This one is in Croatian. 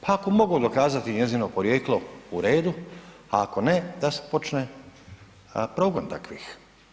Pa ako mogu dokazati njezino porijeklo uredu, ako ne da se počne progon takvih.